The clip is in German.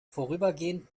vorübergehend